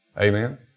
Amen